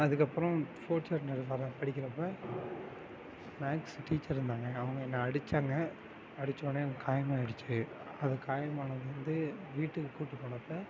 அதுக்கப்றம் fourth standard படிக்கிறப்போ maths teacher இருந்தாங்க அவங்க என்ன அடித்தாங்க அடித்தோனே எனக்கு காயமாகிருச்சி அது காயம் ஆனது வந்து வீட்டுக்கு கூப்பிட்டு போனப்போ